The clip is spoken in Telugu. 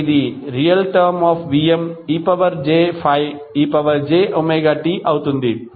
కాబట్టి ఇది ReVmej∅ejωtఅవుతుంది